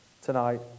Tonight